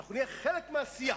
אנחנו נהיה חלק מהעשייה.